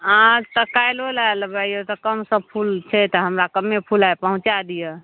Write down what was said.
हँ तऽ काल्हिओ लए लेबै अइयो तऽ कम तब फूल छै तऽ हमरा कम्मे फूल आइ पहुँचाए दिअ